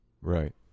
Right